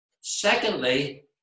Secondly